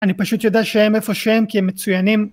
אני פשוט יודע שהם איפה שהם כי הם מצוינים